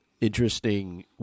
interesting